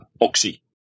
Oxy